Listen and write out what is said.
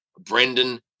Brendan